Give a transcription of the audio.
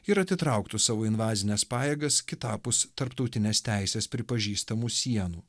ir atitrauktų savo invazines pajėgas kitapus tarptautinės teisės pripažįstamų sienų